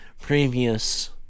previous